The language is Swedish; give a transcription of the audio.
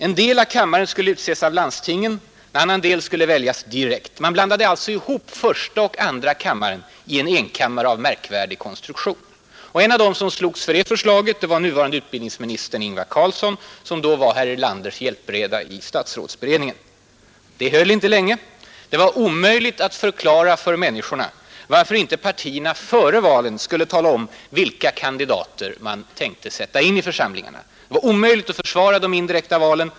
En del av kammaren skulle utses av landstingen, en annan del skulle väljas direkt. Man blandade alltså ihop första och andra kammaren i en enkammare av märkvärdig konstruktion. En av dem som slogs för det förslaget var nuvarande utbildningsministern Ingvar Carlsson, som då var herr Erlanders hjälpreda i statsrådsberedningen. Det höll inte länge. Det var omöjligt att förklara för människorna, varför inte partierna före valen skulle tala om, vilka kandidater man tänkte sätta in i församlingarna. Det var omöjligt att försvara de indirekta valen.